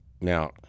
now